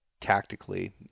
tactically